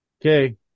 Okay